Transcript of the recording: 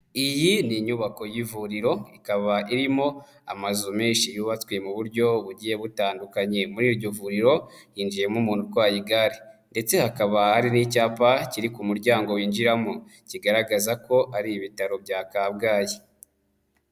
Iyi ni inyubako y'ivuriro, ikaba irimo amazu menshi yubatswe mu buryo bugiye butandukanye, muri iryo vuriro hinjiyemo umuntu utwaye igare ndetse hakaba hari n'icyapa kiri ku muryango winjiramo, kigaragaza ko ari ibitaro bya Kabgayi.